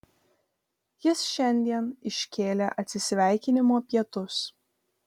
jis šiandien iškėlė atsisveikinimo pietus